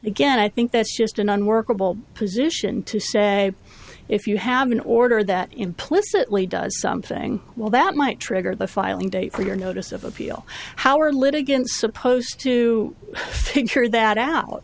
again i think that's just an unworkable position to say if you have an order that implicitly does something well that might trigger the filing date for your notice of appeal how are litigants supposed to figure that out